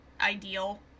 ideal